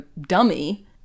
dummy